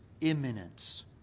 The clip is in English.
imminence